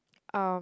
um